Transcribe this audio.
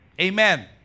Amen